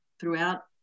throughout